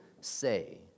say